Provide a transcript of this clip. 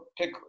Pick